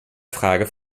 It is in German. anfrage